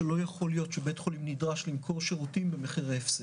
שלא יכול להיות שבית חולים נדרש למכור שירותים במחירי הפסד.